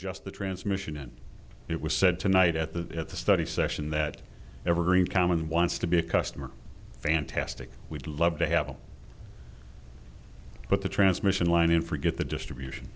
just the transmission in it was said tonight at the at the study session that evergreen common wants to be a customer fantastic we'd love to have them but the transmission line in forget the distribution